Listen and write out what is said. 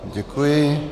Děkuji.